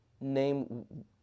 name